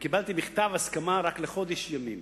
קיבלתי מכתב הסכמה רק לחודש ימים.